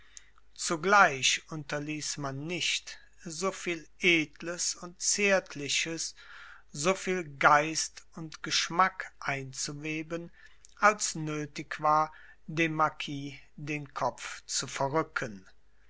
zugleich unterließ man nicht so viel edles und zärtliches so viel geist und geschmack einzuweben als nötig war dem marquis den kopf zu verrücken